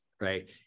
right